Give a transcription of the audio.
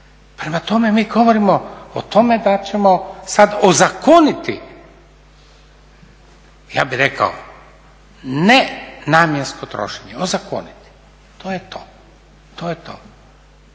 Prema tome, mi govorimo o tome da ćemo sad ozakoniti ja bih rekao nenamjensko trošenje. Ozakoniti. To je to. A zašto